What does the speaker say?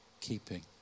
keeping